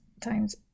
time's